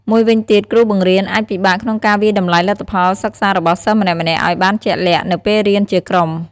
មួយវិញទៀតគ្រូបង្រៀនអាចពិបាកក្នុងការវាយតម្លៃលទ្ធផលសិក្សារបស់សិស្សម្នាក់ៗឲ្យបានជាក់លាក់ នៅពេលរៀនជាក្រុម។